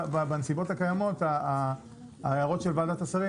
בנסיבות הקיימות ההערות של ועדת השרים